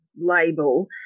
label